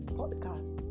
podcast